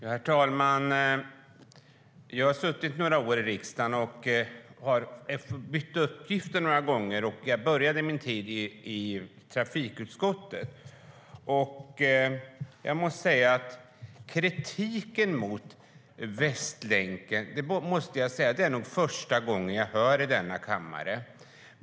Fru talman! Jag har suttit några år i riksdagen och har bytt uppgifter några gånger. Jag började min tid i trafikutskottet. Det är nog första gången som jag hör kritik mot Västlänken i denna kammare.